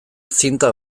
zinta